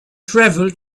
travel